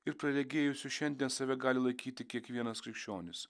ir praregėjusiu šiandien save gali laikyti kiekvienas krikščionis